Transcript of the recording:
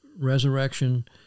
Resurrection